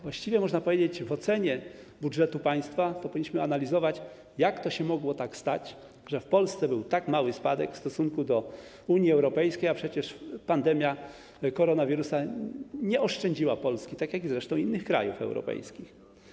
Właściwie można powiedzieć, że przy ocenie budżetu państwa powinniśmy analizować, jak to się mogło stać, że w Polsce był tak mały spadek w stosunku do Unii Europejskiej, a przecież pandemia koronawirusa nie oszczędziła Polski, tak jak zresztą i innych krajów europejskich.